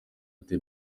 ati